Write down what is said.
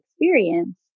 experience